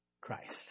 Christ